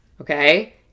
Okay